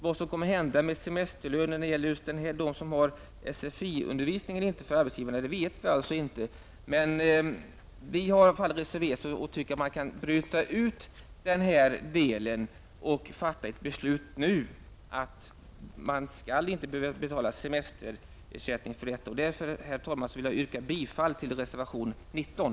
Vad som kommer att hända med semesterersättningen för dem som har rätt till SFI vet vi inte. Vi moderater har i alla fall reserverat oss och tycker att vi bör kunna bryta upp den här delen och fatta ett beslut nu om att man inte skall behöva betala semesterersättning i sådana fall. Därför, herr talman, yrkar jag bifall till reservation 19.